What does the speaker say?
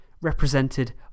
represented